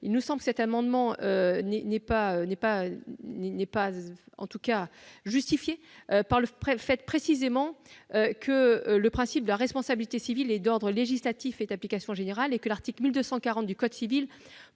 il me semble que cet amendement n'est pas justifié, du fait, précisément, que le principe de la responsabilité civile est d'ordre législatif et d'application générale. L'article 1240 du code civil